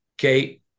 Okay